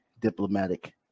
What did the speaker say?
diplomatic